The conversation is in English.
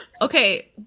Okay